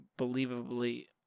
unbelievably